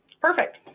Perfect